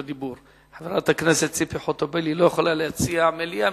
חברת הכנסת ציפי חוטובלי לא יכולה להציע מליאה,